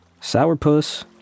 Sourpuss